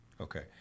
Okay